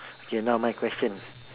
okay now my question